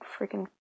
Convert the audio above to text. freaking